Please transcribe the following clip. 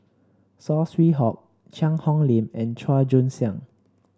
Saw Swee Hock Cheang Hong Lim and Chua Joon Siang